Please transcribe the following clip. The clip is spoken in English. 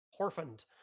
Horfund